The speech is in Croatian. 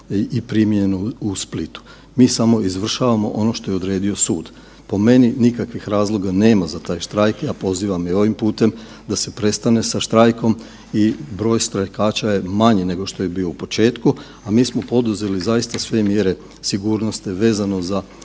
i primijenjeno u Splitu. Mi samo izvršavamo ono što je odredio sud. Po meni nikakvih razloga nema za taj štrajk ja pozivam i ovim putem da se prestane sa štrajkom i broj štrajkaša je manji nego što je bio u početku, a mi smo poduzeli zaista sve mjere sigurnosti vezano za